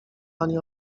ani